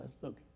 look